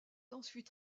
ensuite